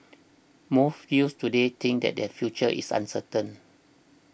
most youths today think that their future is uncertain